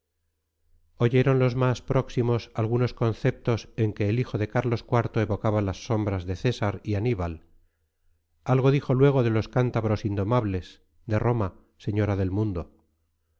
oyeron los más próximos algunos conceptos en que el hijo de carlos iv evocaba las sombras de césar y aníbal algo dijo luego de los cántabros indomables de roma señora del mundo